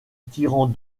tirant